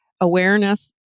awareness